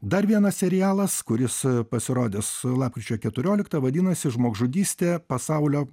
dar vienas serialas kuris pasirodys lapkričio keturioliktą vadinasi žmogžudystė pasaulio